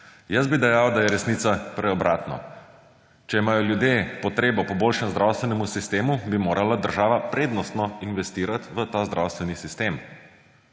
Jaz bi dejal, da je resnica prej obratno; če imajo ljudje potrebo po boljšem zdravstvenem sistemu, bi morala država prednostno investirati v ta zdravstveni sistem.